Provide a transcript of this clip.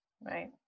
right